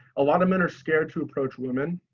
a lot of men are scared to approach women.